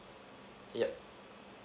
yup